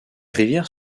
rivières